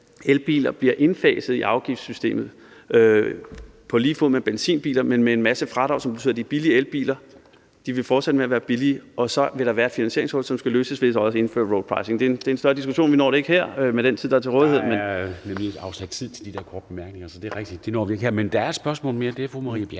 elbiler bliver indfaset i afgiftssystemet på lige fod med benzinbiler, men med en masse fradrag, som betyder, at de billige elbiler vil fortsætte med at være billige, og så vil der være en finansieringshul, og det er noget, som skal løses ved så også at indføre roadpricing. Det er en større diskussion, og vi når det ikke her med den tid, der er til rådighed. Kl. 12:15 Formanden (Henrik Dam Kristensen): Der er nemlig afsat tid til de der korte bemærkninger, så det er rigtigt, at det når vi ikke her. Men der er et spørgsmål mere, og det er fra fru Marie Bjerre.